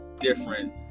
different